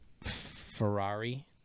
Ferrari